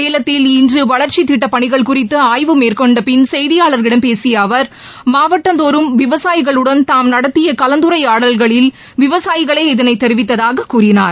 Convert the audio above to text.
சேலத்தில் இன்று வளர்ச்சித் திட்டப் பணிகள் குறித்து ஆய்வு மேற்கொண்ட பின் செய்தியாளர்களிடம் பேசிய அவர் மாவட்டந்தோறும் விவசாயிகளுடன் தாம் நடத்திய கலந்துரையாடல்களில் விவசாயிகளே இதனை தெரிவித்ததாக கூறினார்